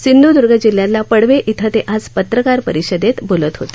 सिंधूदूर्ग जिल्ह्यातल्या पडवे इथं ते आज पत्रकार परिषदेत बोलत होते